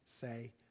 say